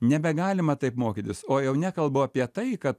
nebegalima taip mokytis o jau nekalbu apie tai kad